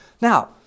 Now